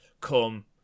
come